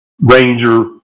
ranger